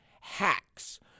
Hacks